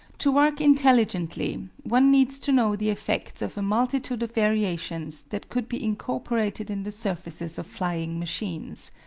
to work intelligently, one needs to know the effects of a multitude of variations that could be incorporated in the surfaces of flying machines.